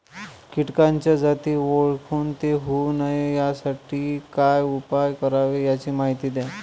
किटकाच्या जाती ओळखून ते होऊ नये यासाठी काय उपाय करावे याची माहिती द्या